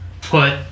put